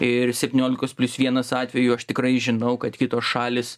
ir septyniolikos plius vienas atveju aš tikrai žinau kad kitos šalys